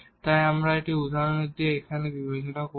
তাই আমরা এখন এই উদাহরণটি এখানে বিবেচনা করি